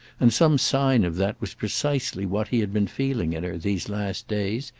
and some sign of that was precisely what he had been feeling in her, these last days,